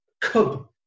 Cub